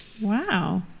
Wow